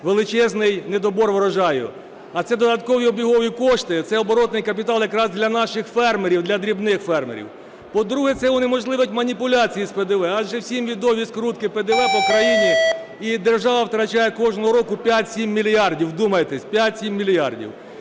величезний недобір урожаю. А це додаткові обігові кошти, це оборотний капітал якраз для наших фермерів, для дрібних фермерів. По-друге, це унеможливить маніпуляції з ПДВ, адже всім відомі скрутки ПДВ по країні, і держава втрачає кожного року 5-7 мільярдів. Вдумайтесь, 5-7 мільярдів.